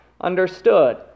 understood